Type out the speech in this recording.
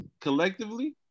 collectively